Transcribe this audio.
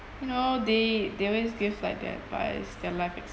you know they they always give like their advice their life